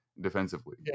defensively